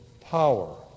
power